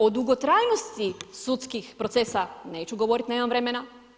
O dugotrajnosti sudskih procesa neću govoriti, nemam vremena.